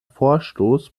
vorstoß